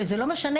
וזה לא משנה,